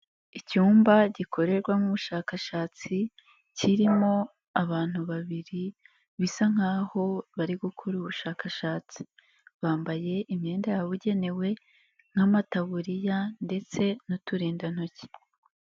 Icyumba gikorerwamo ubushakashatsi, kirimo abantu babiri bisa nk'aho bari gukora ubushakashatsi, bambaye imyenda yabugenewe, nk'amataburiya ndetse n'uturindantoki.